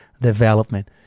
development